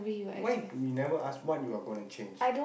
why we never ask what you are gonna change